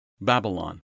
Babylon